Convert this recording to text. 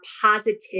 positive